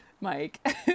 mike